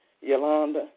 Yolanda